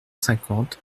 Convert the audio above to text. cinquante